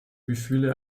gefühle